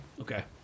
Okay